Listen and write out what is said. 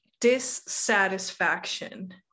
dissatisfaction